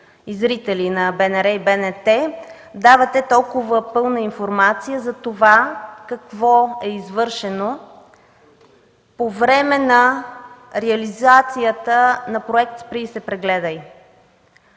и зрители на БНР и БНТ давате толкова пълна информация за това какво е извършено по време на реализацията на Проект „Спри и се прегледай”.